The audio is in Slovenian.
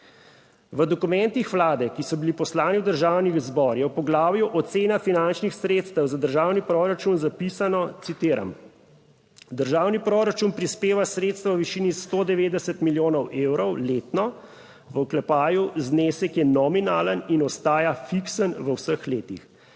V dokumentih Vlade, ki so bili poslani v Državni zbor, je v poglavju Ocena finančnih sredstev za državni proračun, zapisano, citiram: "Državni proračun prispeva sredstva v višini 190 milijonov evrov letno (znesek je nominalen in ostaja fiksen v vseh letih)".